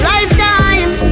Lifetime